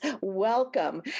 Welcome